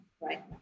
right